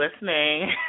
Listening